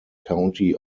county